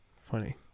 Funny